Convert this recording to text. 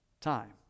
time